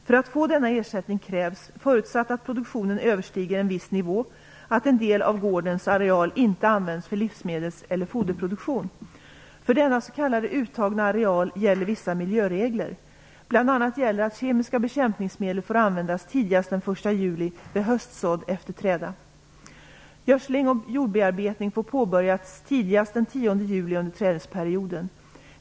För att få denna ersättning krävs, förutsatt att produktionen överstiger en viss nivå, att en del av gårdens areal inte används för livsmedels eller foderproduktion. För denna s.k. uttagna areal gäller vissa miljöregler. Bl.a. gäller att kemiska bekämpningsmedel får användas tidigast den 1 juli vid höstsådd efter träda. Gödsling och jordbearbetning får påbörjas tidigast den 10 juli under trädesperioden.